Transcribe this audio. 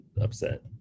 upset